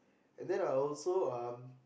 and then I also um